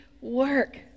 work